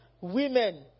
women